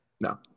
No